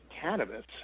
cannabis